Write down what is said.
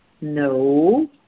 No